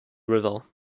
river